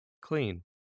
clean